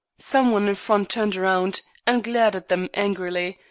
some one in front turned round and glared at them angrily,